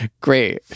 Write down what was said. Great